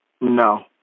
No